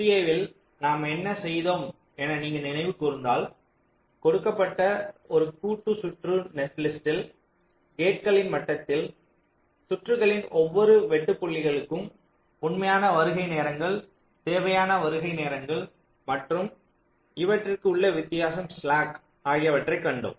STA இல் நாம் என்ன செய்தோம் என நீங்கள் நினைவு கூர்ந்தால் கொடுக்கப்பட்ட ஒரு கூட்டு சுற்று நெட்லிஸ்ட்டில் கேட்களின் மட்டத்தில் சுற்றுகளின் ஒவ்வொரு வெட்டும் புள்ளிகளுக்கும் உண்மையான வருகை நேரங்கள் தேவையான வருகை நேரங்கள் மற்றும் இவற்றிக்கு உள்ள வித்தியாசம் ஸ்லாக் ஆகியவற்றை கணக்கிட்டோம்